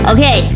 Okay